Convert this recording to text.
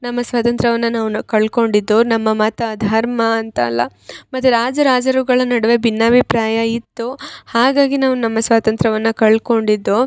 ನಮ್ಮ ಸ್ವತಂತ್ರವನ್ನ ನಾವು ಕಳ್ಕೊಂಡಿದ್ದು ನಮ್ಮ ಮತ ಧರ್ಮ ಅಂತ ಅಲ್ಲ ಮತ್ತು ರಾಜ ರಾಜರುಗಳ ನಡುವೆ ಭಿನ್ನಾಭಿಪ್ರಾಯ ಇತ್ತು ಹಾಗಾಗಿ ನಾವು ನಮ್ಮ ಸ್ವಾತಂತ್ರ್ಯವನ್ನ ಕಳ್ಕೊಂಡಿದ್ದು